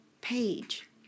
page